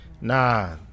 Nah